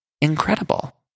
incredible